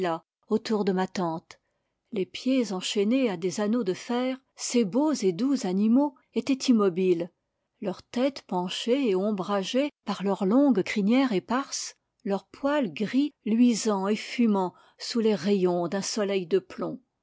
autour de ma tente les pieds enchaînés à des anneaux de fer ces beaux et doux animaux étaient immobiles leur tète penchée et ombragée par leur longue crinière éparse leur poil gris luisant et fumant sous les rayons d'un soleil de plomb